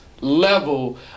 level